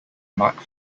mark